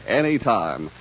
anytime